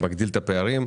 מגדיל את הפערים,